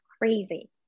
crazy